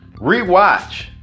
Rewatch